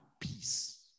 peace